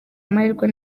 mahirwe